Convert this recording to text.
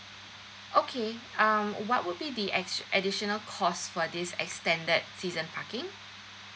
okay um what would be the add additional cost for this extended season parking